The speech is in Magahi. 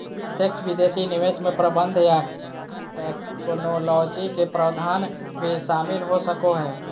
प्रत्यक्ष विदेशी निवेश मे प्रबंधन या टैक्नोलॉजी के प्रावधान भी शामिल हो सको हय